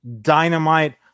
Dynamite